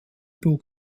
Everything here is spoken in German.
burg